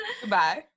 Goodbye